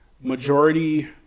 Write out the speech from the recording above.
majority